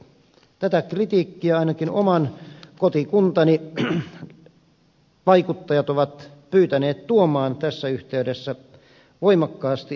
tätä kritiikkiä ainakin oman kotikuntani vaikuttajat ovat pyytäneet tuomaan tässä yhteydessä voimakkaasti esille